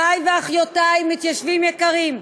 אחי ואחיותי, מתיישבים יקרים,